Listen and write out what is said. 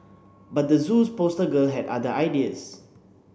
but the Zoo's poster girl had other ideas